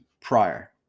prior